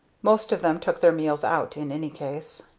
most of them took their meals out in any case.